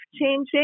changing